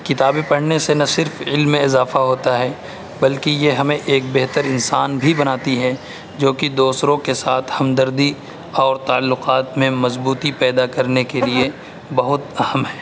کتابیں پڑھنے سے نہ صرف علم میں اضافہ ہوتا ہے بلکہ یہ ہمیں ایک بہتر انسان بھی بناتی ہے جوکہ دوسروں کے ساتھ ہمدردی اور تعلقات میں مضبوطی پیدا کرنے کے لیے بہت اہم ہے